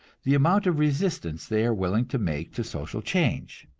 the amount of resistance they are willing to make to social change.